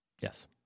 Yes